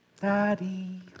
Daddy